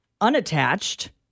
unattached